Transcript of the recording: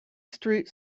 street